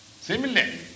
Similarly